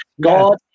God